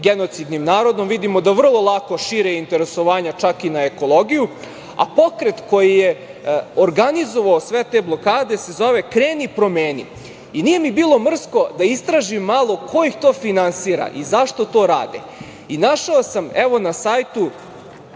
genocidnim narodom. Vidimo da vrlo lako šire interesovanja čak i na ekologiju. Pokret koji je organizovao sve te blokade se zove „Kreni – promeni“. Nije mi bilo mrsko da istražim malo ko ih to finansira i zašto to rade. Našao sam na sajtu